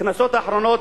הקנסות האחרונים,